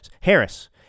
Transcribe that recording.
Harris